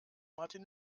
martin